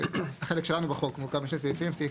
החלק שלנו בחוק מורכב משני סעיפים סעיף